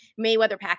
Mayweather-Pacquiao